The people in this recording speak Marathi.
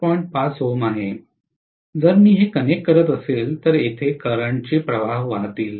5 Ω आहे जर मी हे कनेक्ट करत असेल तर येथे करंट चे प्रवाह वाहतील